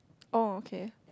oh okay